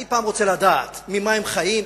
אני פעם רוצה לדעת ממה הם חיים,